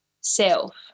self